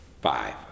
five